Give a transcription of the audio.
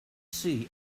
see